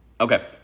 Okay